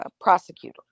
prosecutor